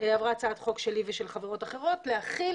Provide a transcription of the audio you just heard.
עברה הצעת חוק שלי ושל חברות אחרות להכיל